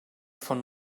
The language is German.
von